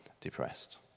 depressed